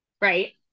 Right